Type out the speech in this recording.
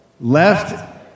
left